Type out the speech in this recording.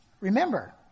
Remember